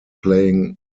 playing